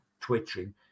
twitching